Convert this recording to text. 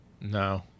No